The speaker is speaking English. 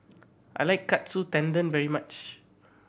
I like Katsu Tendon very much